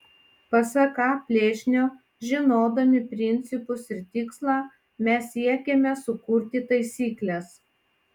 pasak a plėšnio žinodami principus ir tikslą mes siekiame sukurti taisykles